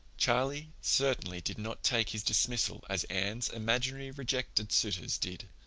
charlie certainly did not take his dismissal as anne's imaginary rejected suitors did.